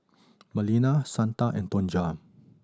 Melina Santa and Tonja